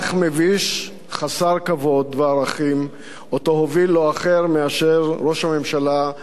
חסר כבוד וערכים שהוביל לא אחר מאשר ראש הממשלה בנימין נתניהו.